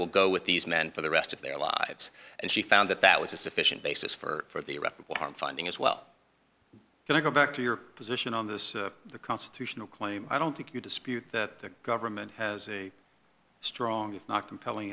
will go with these men for the rest of their lives and she found that that was a sufficient basis for the irreparable harm finding as well can i go back to your position on this the constitutional claim i don't think you dispute the government has a strong not compelling